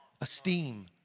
Esteem